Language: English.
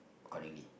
accordingly